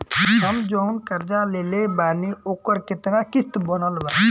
हम जऊन कर्जा लेले बानी ओकर केतना किश्त बनल बा?